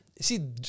See